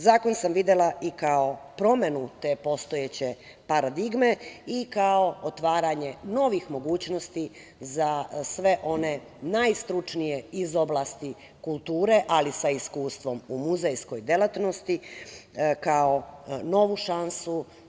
Zakon sam videla i kao promenu te postojeće paradigme i kao otvaranje novih mogućnosti za sve one najstručnije iz oblasti kulture, ali sa iskustvom u muzejskoj delatnosti, kao novu šansu.